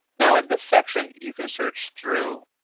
now in this section, you can search through